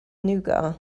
nougat